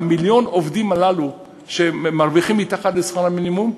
ממיליון העובדים הללו שמרוויחים מתחת לשכר המינימום,